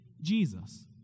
Jesus